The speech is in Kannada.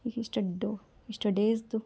ಈಗ ಇಷ್ಟ ಇಷ್ಟು ಡೇಸ್ದು